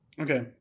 Okay